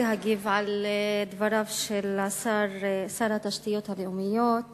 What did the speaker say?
להגיב על דבריו של שר התשתיות הלאומיות